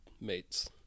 mates